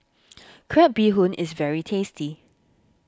Crab Bee Hoon is very tasty